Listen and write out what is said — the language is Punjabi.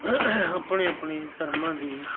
ਆਪਣੇ ਆਪਣੇ ਧਰਮਾਂ ਦੀ